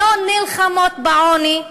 לא נלחמים בעוני,